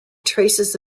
traces